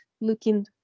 looking